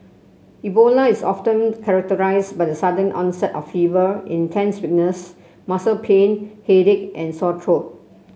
Ebola is often characterised by the sudden onset of fever intense weakness muscle pain headache and sore trod